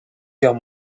guerre